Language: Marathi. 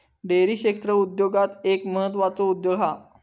डेअरी क्षेत्र उद्योगांत एक म्हत्त्वाचो उद्योग हा